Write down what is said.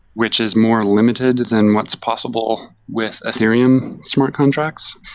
which is more limited than what's possible with ethereum smart contracts.